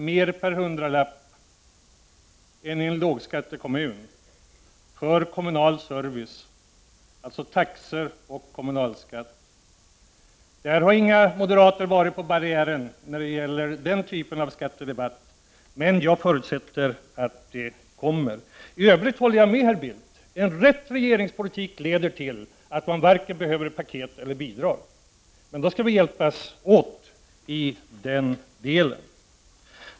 mer per hundralapp än vad man gör i en lågskattekommun för kommunal service, dvs. taxor och kommunalskatt. När det gäller den typen av skattedebatt har inga moderater befunnit sig på barrikaden. Men jag förutsätter att det kommer att ändras. I övrigt håller jag med herr Bildt: en riktig regeringspolitik leder till att man inte behöver vare sig paket eller bidrag. Men då skall vi hjälpas åt i den delen.